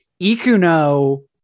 Ikuno